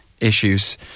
issues